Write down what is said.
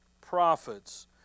prophets